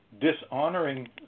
dishonoring